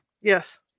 Yes